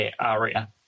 area